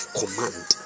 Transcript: command